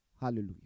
Hallelujah